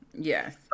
yes